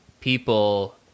people